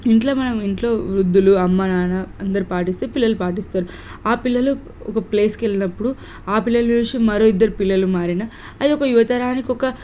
ఇంట్లో మనం ఇంట్లో వృద్దులు అమ్మ నాన్న అందరు పాటిస్తే పిల్లలు పాటిస్తారు ఆ పిల్లలు ఒక ప్లేస్కి వెళ్ళినప్పుడు ఆ పిల్లలు చూసి మరోక ఇద్దరు పిల్లలు మారిన అది ఒక యువతరానికి ఒక